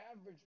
average